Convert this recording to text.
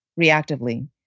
reactively